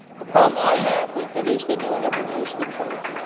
the problem i have with it is that no one ever knows the truth.